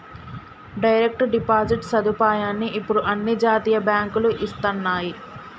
direct deposit సదుపాయాన్ని ఇప్పుడు అన్ని జాతీయ బ్యేంకులూ ఇస్తన్నయ్యి